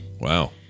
Wow